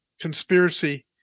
conspiracy